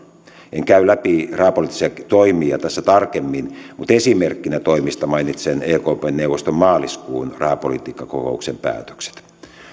en käy läpi rahapoliittisia toimia tässä tarkemmin mutta esimerkkinä toimista mainitsen ekpn neuvoston maaliskuun rahapolitiikkakokouksen päätökset